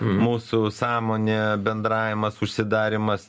mūsų sąmonė bendravimas užsidarymas